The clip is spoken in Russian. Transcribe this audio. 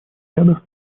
ряда